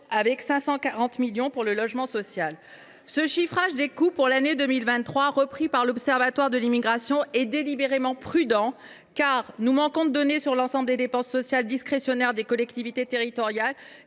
sont dédiés au logement social. Ce chiffrage des coûts pour l’année 2023, repris par l’Observatoire de l’immigration, est délibérément prudent, car nous manquons de données sur l’ensemble des dépenses sociales discrétionnaires des collectivités territoriales